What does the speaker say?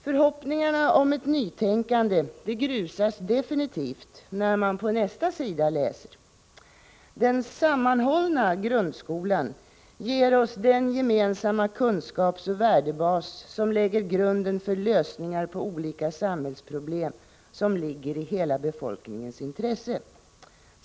Förhoppningarna om ett nytänkande grusas definitivt när man på nästa sida läser: ”Den sammanhållna grundskolan ger oss den gemensamma kunskapsoch värdebas som lägger grunden för lösningar på olika samhällsproblem som ligger i hela befolkningens intresse.